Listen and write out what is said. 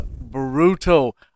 brutal